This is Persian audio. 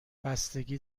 بستگی